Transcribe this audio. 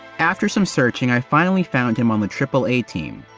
after some searching, i finally found him on the triple a team.